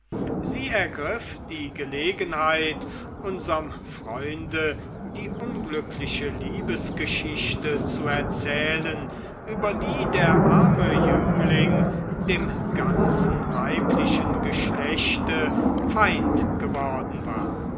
sie ergriff die gelegenheit unserm freund die unglückliche liebesgeschichte zu erzählen über die der arme jüngling dem ganzen weiblichen geschlechte feind geworden war